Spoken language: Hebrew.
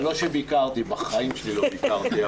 לא שביקרתי, בחיים שלי לא ביקרתי.